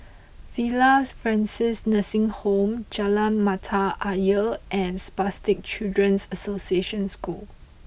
Villa Francis Nursing Home Jalan Mata Ayer and Spastic Children's Association School